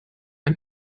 ein